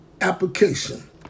application